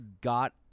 got